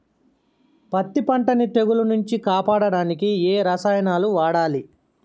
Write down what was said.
పత్తి పంటని తెగుల నుంచి కాపాడడానికి ఏ రసాయనాలను వాడాలి?